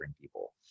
people